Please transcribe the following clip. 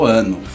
ano